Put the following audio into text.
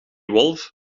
wolf